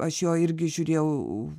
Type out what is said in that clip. aš jo irgi žiūrėjau